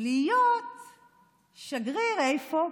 להיות שגריר, איפה?